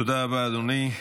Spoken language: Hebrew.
תודה רבה, אדוני.